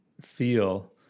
feel